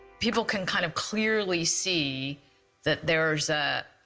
people can kind of clearly see that there's a,